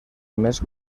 més